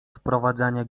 wprowadzania